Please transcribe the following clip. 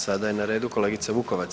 Sada je na redu kolegica Vukovac.